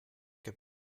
heb